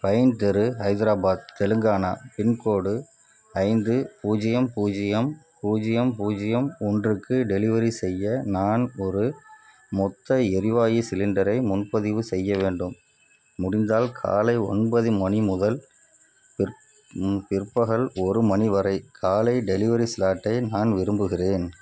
fine தெரு Hyderabad Telangana pincode ஐந்து பூஜ்ஜியம் பூஜ்ஜியம் பூஜ்ஜியம் பூஜ்ஜியம் ஒன்றுக்கு டெலிவரி செய்ய நான் ஒரு மொத்த எரிவாயு சிலிண்டரை முன்பதிவு செய்ய வேண்டும் முடிந்தால் காலை ஒன்பது மணி முதல் பிற் பிற்பகல் ஒரு மணி வரை காலை டெலிவரி ஸ்லாட்டை நான் விரும்புகிறேன்